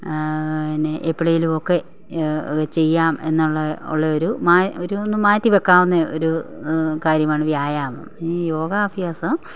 നേ എപ്പോഴെങ്കിലുമൊക്കെ ഇതു ചെയ്യാം എന്നുള്ള ഉള്ള ഒരു മായ ഒരൂന്ന് മാറ്റിവെക്കാകുന്നയൊരു കാര്യമാണ് വ്യായാമം ഈ യോഗാഭ്യാസം